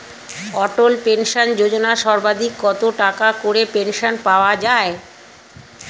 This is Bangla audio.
অটল পেনশন যোজনা সর্বাধিক কত টাকা করে পেনশন পাওয়া যায়?